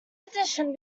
addition